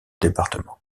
départements